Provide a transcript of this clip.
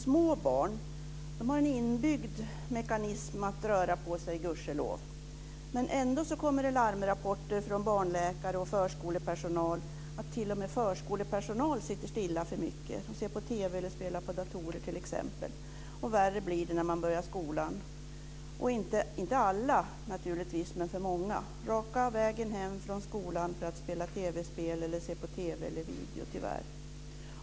Små barn har gudskelov en inbyggd mekanism som gör att de rör på sig, men vi får larmrapporter från barnläkare och förskolepersonal om att t.o.m. förskolebarn sitter stilla för mycket. De ser t.ex. på TV eller spelar på datorer. Än värre blir det när de börjar gå i skolan. Det gäller naturligtvis inte för alla men för många. De går raka vägen hem från skolan för att, tyvärr, spela TV spel eller se på TV eller video.